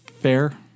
Fair